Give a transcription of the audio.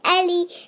Ellie